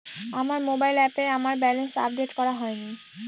আমার মোবাইল অ্যাপে আমার ব্যালেন্স আপডেট করা হয়নি